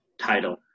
title